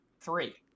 Three